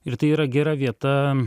ir tai yra gera vieta